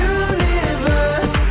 universe